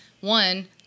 one